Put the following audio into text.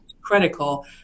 critical